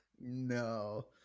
No